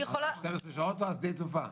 12 שעות בשדה תעופה.